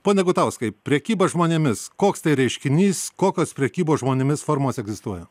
pone gutauskai prekyba žmonėmis koks tai reiškinys kokios prekybos žmonėmis formos egzistuoja